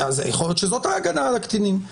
יכול להיות שזאת ההגנה על הקטינים.